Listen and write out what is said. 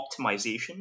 optimization